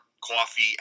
coffee